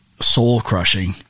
soul-crushing